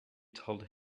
told